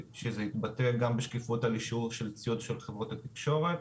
שזה יתבטא גם בשקיפות על אישור של ציוד של חברות התקשורת.